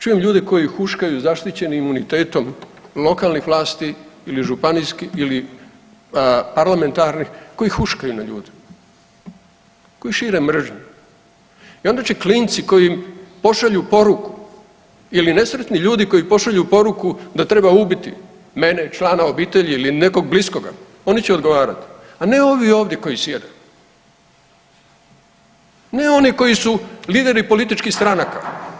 Čujem ljude koji huškaju zaštićenim imunitetom lokalnih vlasti ili županijskih ili parlamentarnih koji huškaju na ljude, koji šire mržnju i onda će klinci koji im pošalju poruku ili nesretni ljudi koji pošalju poruku da treba ubiti mene, člana obitelji ili nekog bliskoga oni će odgovarati, a ne ovi ovdje koji sjede, ne oni koji su lideri političkih stranaka.